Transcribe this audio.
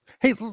Hey